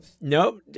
Nope